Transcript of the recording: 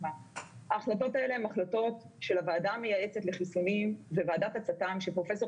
ההחלטות האלה הן החלטות של הוועדה המייעצת לחיסונים וועדת הצט"ם שפרופסור